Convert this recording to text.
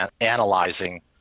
analyzing